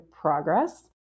progress